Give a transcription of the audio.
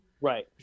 Right